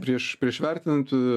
prieš prieš vertinant